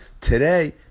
today